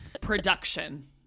production